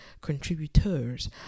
contributors